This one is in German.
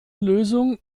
lösung